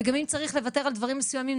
וגם אם צריך לוותר על דברים מסוימים,